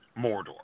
Mordor